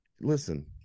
listen